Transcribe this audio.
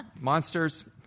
monsters